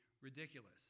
ridiculous